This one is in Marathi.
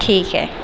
ठीक आहे